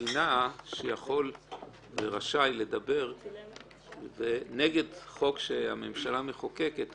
המדינה שיכול ורשאי לדבר נגד חוק שהממשלה מחוקקת,